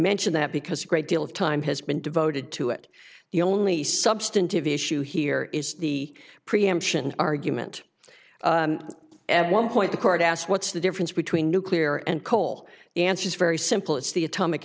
mention that because a great deal of time has been devoted to it the only substantive issue here is the preemption argument at one point the court asked what's the difference between nuclear and coal and she's very simple it's the atomic